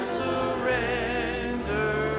surrender